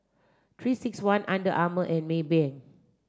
three six one Under Armour and Maybank